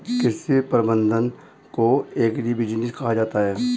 कृषि प्रबंधन को एग्रीबिजनेस कहा जाता है